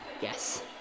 Yes